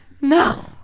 No